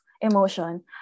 emotion